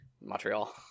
Montreal